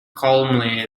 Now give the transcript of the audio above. calmly